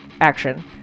action